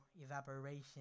evaporation